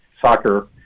soccer